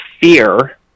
fear